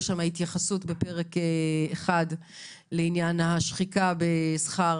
יש התייחסות בפרק 1 לעניין השחיקה בשכר